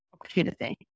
opportunity